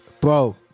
bro